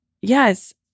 yes